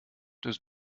dass